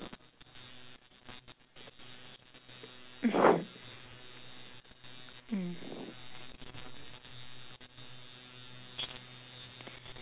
mm